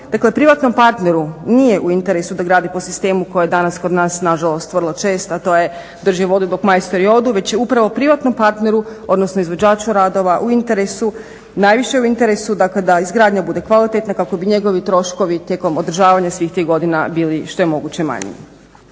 privatnom partneru nije u interesu da gradi po sistemu koji je danas kod nas nažalost vrlo čest, a to je drži vodu dok majstori odu, već je upravo privatnom partneru odnosno izvođaču radova u interesu, najviše u interesu dakle da izgradnja bude kvalitetna kako bi njegovi troškovi tijekom održavanja svih tih godina bili što je moguće manji.